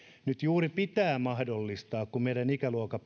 nyt juuri pitää tämä mahdollistaa kun meidän ikäluokat